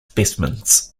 specimens